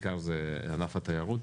בעיקר זה ענף התיירות.